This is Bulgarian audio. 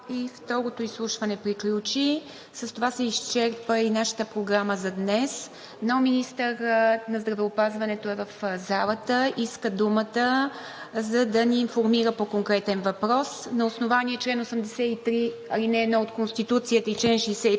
и второто изслушване приключи. С това се изчерпа и нашата програма за днес, но министърът на здравеопазването е в залата и иска думата, за да ни информира по конкретен въпрос. На основание чл. 83, ал. 1 от Конституцията и чл. 65